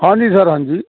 ਹਾਂਜੀ ਸਰ ਹਾਂਜੀ